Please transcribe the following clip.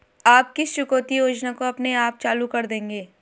आप किस चुकौती योजना को अपने आप चालू कर देंगे?